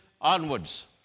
onwards